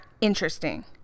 interesting